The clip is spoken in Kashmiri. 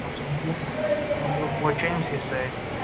اَچھا وۅنۍ چھِ أمۍسٕے سۭتۍ